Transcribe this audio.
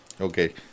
Okay